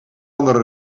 andere